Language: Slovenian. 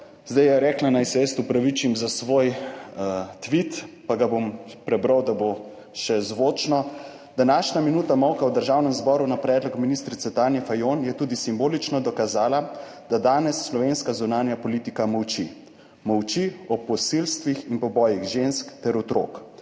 Zdaj je rekla, naj se jaz opravičim za svoj tvit, pa ga bom prebral, da bo še zvočno: "Današnja minuta molka v Državnem zboru na predlog ministrice Tanje Fajon je tudi simbolično dokazala, da danes slovenska zunanja politika molči. Molči o posilstvih in pobojih žensk ter otrok.